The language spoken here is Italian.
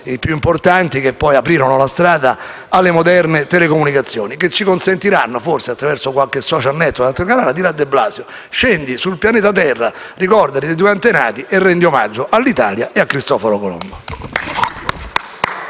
i più importanti dei quali poi aprirono la strada alle moderne telecomunicazioni, quelle che ci consentiranno, forse, attraverso qualche *social network* o altri canali, di dire a de Blasio: scendi sul pianeta terra, ricordati dei tuoi antenati e rendi omaggio all'Italia e a Cristoforo Colombo.